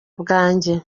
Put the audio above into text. bwanje